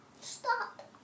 Stop